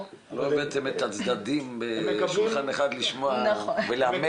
לא הבאתם את הצדדים בשולחן אחד לשמוע ולאמת.